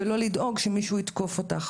ולא לדאוג שמישהו יתקוף אותך.